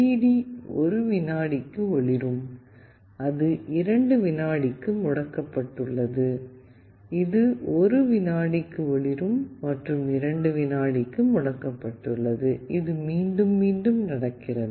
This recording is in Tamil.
டி 1 விநாடிக்கு ஒளிரும் அது 2 விநாடிக்கு முடக்கப்பட்டுள்ளது இது 1 விநாடிக்கு ஒளிரும் மற்றும் 2 வினாடிக்கு முடக்கப்பட்டுள்ளது இது மீண்டும் மீண்டும் நடக்கிறது